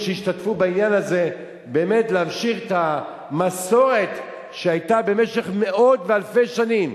שהשתתפו בעניין הזה להמשיך את המסורת שהיתה במשך מאות ואלפי שנים.